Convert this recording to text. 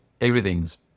everything's